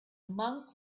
monk